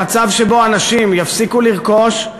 למצב שבו אנשים יפסיקו לרכוש,